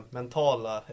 mentala